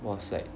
was like